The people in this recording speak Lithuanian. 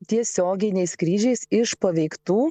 tiesioginiais skrydžiais iš paveiktų